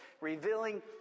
revealing